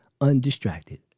undistracted